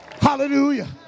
hallelujah